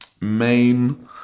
Main